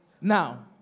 now